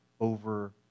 over